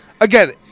Again